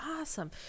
awesome